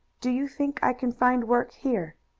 do you think i can find work here?